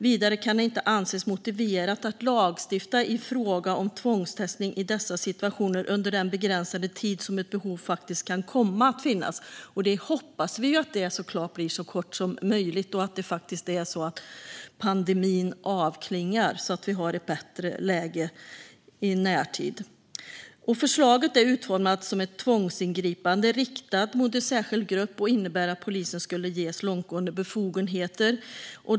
Vidare kan det inte anses motiverat att lagstifta i fråga om tvångstestning i dessa situationer under den begränsade tid som ett behov faktiskt kan komma att finnas. Vi hoppas såklart att den blir så kort som möjligt, att pandemin faktiskt avklingar så att vi har ett bättre läge i närtid. Förslaget är utformat som ett tvångsingripande riktat mot en särskild grupp och innebär att polisen skulle ges långtgående befogenheter.